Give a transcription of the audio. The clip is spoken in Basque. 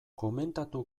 komentatu